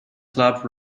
club